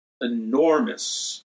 enormous